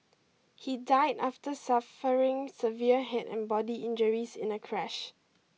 he died after suffering severe head and body injuries in a crash